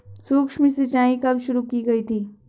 सूक्ष्म सिंचाई कब शुरू की गई थी?